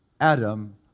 Adam